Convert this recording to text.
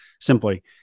simply